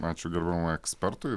ačiū gerbiamam ekspertui